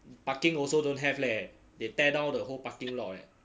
parking also don't have leh they tear down the whole parking lot leh